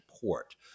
port